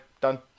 done